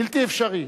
בלתי אפשרי,